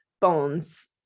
bones